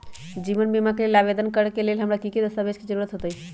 जीवन बीमा के लेल आवेदन करे लेल हमरा की की दस्तावेज के जरूरत होतई?